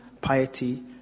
piety